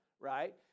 right